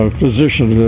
physician